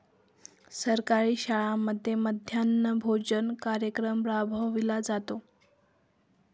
सरकारी शाळांमध्ये मध्यान्ह भोजन कार्यक्रम राबविला जातो